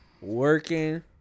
working